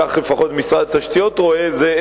כך לפחות משרד התשתיות רואה את זה,